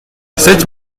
sept